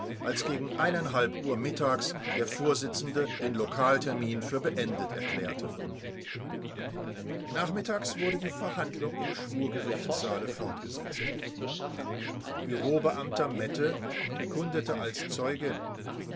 als gegen uhr mittags der vorsitzende den lokaltermin für beendet erklärte nachmittags wurde die verhandlung im schwurgerichtssaale fortgesetzt bureaubeamter mette bekundete als zeuge